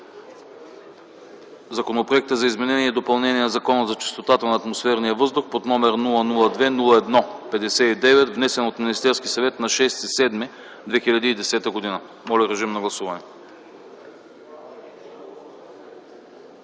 Законопроекта за изменение и допълнение на Закона за чистотата на атмосферния въздух, № 002-01-59, внесен от Министерския съвет на 06 юли 2010 г. Моля гласувайте.